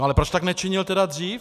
Ale proč tak nečinil tedy dřív?